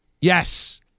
Yes